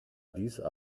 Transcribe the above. dieses